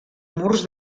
murs